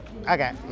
Okay